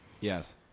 Yes